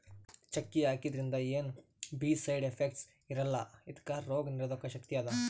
ಚಕ್ಕಿ ಹಾಕಿದ್ರಿಂದ ಏನ್ ಬೀ ಸೈಡ್ ಎಫೆಕ್ಟ್ಸ್ ಇರಲ್ಲಾ ಇದಕ್ಕ್ ರೋಗ್ ನಿರೋಧಕ್ ಶಕ್ತಿ ಅದಾ